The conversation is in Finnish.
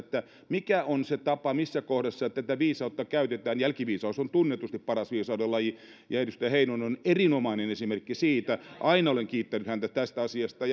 mikä on se tapa missä kohdassa tätä viisautta käytetään jälkiviisaus on tunnetusti paras viisauden laji ja edustaja heinonen on erinomainen esimerkki siitä aina olen kiittänyt häntä tästä asiasta